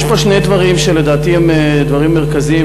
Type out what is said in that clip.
יש פה שני דברים שלדעתי הם דברים מרכזיים,